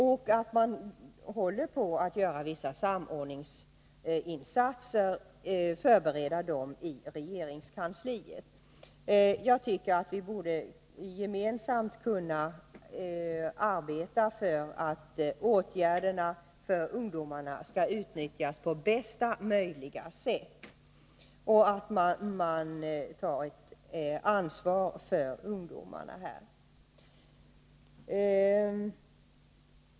I regeringskansliet förbereds också vissa samordningsinsatser. Vi borde gemensamt kunna arbeta för att åtgärderna för ungdomarna skall utnyttjas på bästa möjliga sätt och för att man här skall ta ett ansvar för ungdomarna.